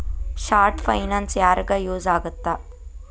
short finance ಯಾರಿಗ use ಆಗತ್ತಾ